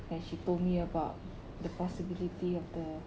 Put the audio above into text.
like she told me about the possibility of the